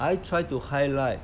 I try to highlight